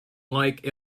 like